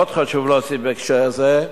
עוד חשוב להוסיף בהקשר זה,